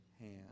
hand